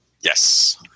Yes